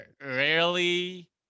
rarely